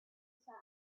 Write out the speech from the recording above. side